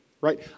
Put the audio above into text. right